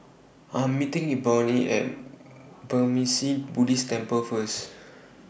I Am meeting Ebony At Burmese Buddhist Temple First